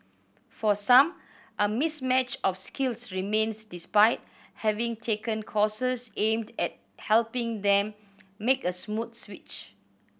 for some a mismatch of skills remains despite having taken courses aimed at helping them make a smooth switch